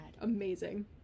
Amazing